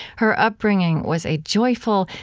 her upbringing was a joyful,